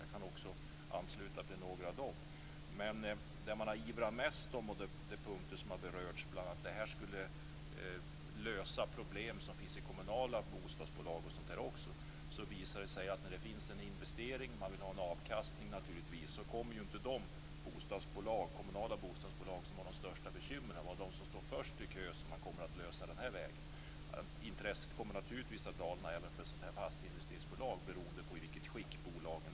Jag kan också ansluta mig till några av dem. Men det man ivrar mest för och de punkter som har berörts är att det skulle lösa problem som finns i de kommunala bostadsbolagen. Men det visar sig att när det finns en investering, som man naturligtvis vill ha en avkastning på, så kommer inte de kommunala bostadsbolag som har de största bekymren att vara de som står först i kön och får sina problem lösta den här vägen. Intresset kommer naturligtvis att falna även för ett sådant här fastighetsinvesteringsbolag, beroende på i vilket skick bolaget är.